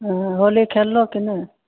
हँ होली खेललहो की नहि